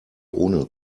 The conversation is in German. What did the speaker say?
ohne